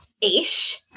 ish